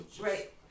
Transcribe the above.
Right